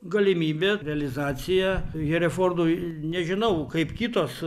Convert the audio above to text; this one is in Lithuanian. galimybę realizaciją herefordų nežinau kaip kitos